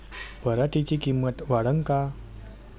पराटीची किंमत वाढन का?